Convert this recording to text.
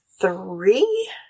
three